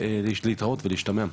להתראות ולהשתמע.